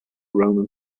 roman